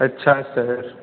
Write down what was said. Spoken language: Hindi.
अच्छा सर